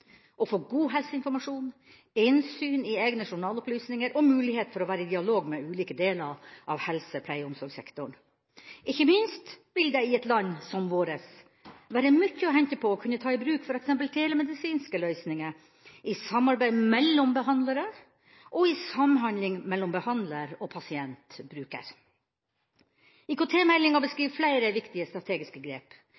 å få god helseinformasjon, innsyn i egne journalopplysninger og mulighet for å være i dialog med ulike deler av helse-, pleie- og omsorgssektoren. Ikke minst vil det i et land som vårt være mye å hente på å kunne ta i bruk f.eks. telemedisinske løsninger i samarbeid mellom behandlere og i samhandling mellom behandler og